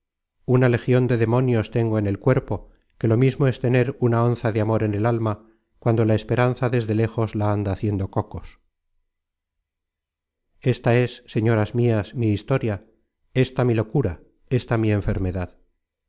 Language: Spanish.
una legion de demonios tengo en el cuerpo que lo mismo es tener una onza de amor en el alma cuando la esperanza desde lejos la anda haciendo cocos esta es señoras mias mi historia ésta mi locura ésta mi enfermedad